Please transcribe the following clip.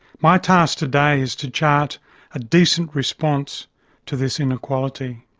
my task today is to chart a decent response to this inequality.